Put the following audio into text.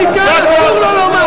את מה שהוא אמר מכאן אסור לו לומר.